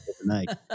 overnight